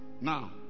now